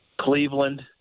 Cleveland